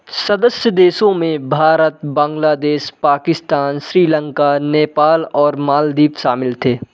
सदस्य देशों में भारत बांग्लादेश पाकिस्तान श्रीलंका नेपाल और मालदीव शामिल थे